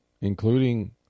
including